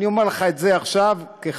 אני אומר לך את זה עכשיו כחבר,